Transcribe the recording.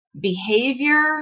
behavior